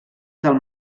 del